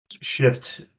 shift